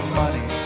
money